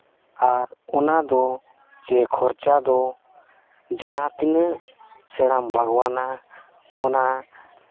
ᱟᱨ ᱚᱱᱟ ᱫᱚ ᱥᱮ ᱠᱷᱚᱨᱪᱟ ᱫᱚ ᱡᱟᱦᱟᱸᱛᱤᱱᱟᱹᱜ ᱥᱮᱬᱟᱢ ᱵᱟᱜᱽᱣᱟᱱᱟ ᱚᱱᱟ